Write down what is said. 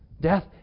Death